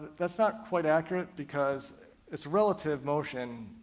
that's not quite accurate, because it's relative motion.